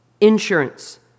insurance